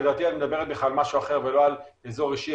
לדעתי את מדברת בכלל על משהו אחר ולא על אזור אישי,